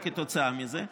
כתוצאה מזה.